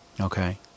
Okay